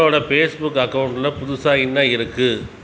என்னோட ஃபேஸ்புக் அக்கவுண்ட்டில் புதுசாக என்ன இருக்கு